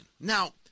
Now